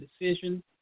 decision